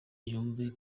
yumve